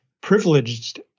privileged